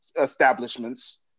establishments